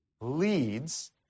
leads